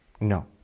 no